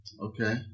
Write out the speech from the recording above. Okay